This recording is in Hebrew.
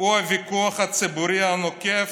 הוא הוויכוח הציבורי הנוקב